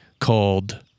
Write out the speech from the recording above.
called